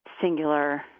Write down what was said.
singular